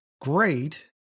great